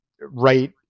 right